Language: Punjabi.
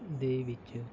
ਦੇ ਵਿੱਚ